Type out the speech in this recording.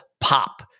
pop